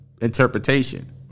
interpretation